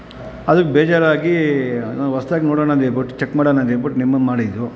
ಅದು ಬೇಜಾರಾಗಿ ನಾವು ಹೊಸ್ದಾಗಿ ನೋಡೋಣ ಅಂತ ಹೇಳ್ಬುಟ್ಟು ಚೆಕ್ ಮಾಡೋಣ ಅಂತ ಹೇಳ್ಬುಟ್ಟು ನಿಮಗೆ ಮಾಡಿದ್ದು